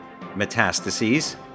Metastases